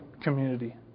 community